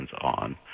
on